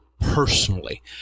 personally